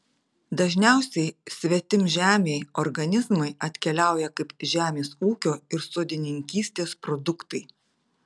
dažniausiai svetimžemiai organizmai atkeliauja kaip žemės ūkio ir sodininkystės produktai